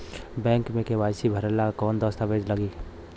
Bank मे KYC भरेला कवन दस्ता वेज लागी?